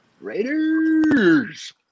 raiders